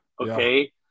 Okay